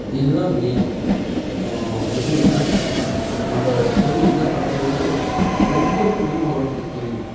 இது தான் மெயின் எப்படின்னா நம்ம தொழில் என்ன பண்ணறோங்குறது ஒவ்வொரு குடிமகனுக்கும் தெரியணும்